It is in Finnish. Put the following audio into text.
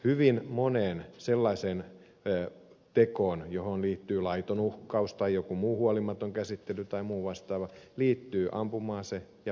hyvin moneen sellaiseen tekoon johon liittyy laiton uhkaus tai joku muu huolimaton käsittely tai muu vastaava liittyy ampuma ase ja päihtymys